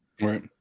Right